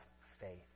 faith